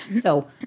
So-